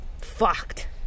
fucked